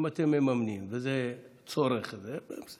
אם אתם מממנים וזה צורך, בסדר.